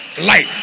Light